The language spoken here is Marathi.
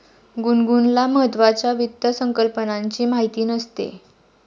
गुनगुनला महत्त्वाच्या वित्त संकल्पनांची माहिती नसते